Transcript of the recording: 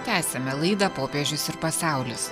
tęsiame laidą popiežius ir pasaulis